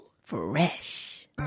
Fresh